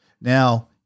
now